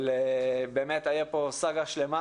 שבאמת הייתה פה סאגה שלמה,